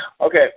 Okay